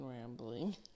rambling